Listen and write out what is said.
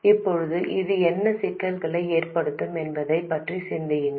இப்போது இது என்ன சிக்கல்களை ஏற்படுத்தும் என்பதைப் பற்றி சிந்தியுங்கள்